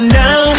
now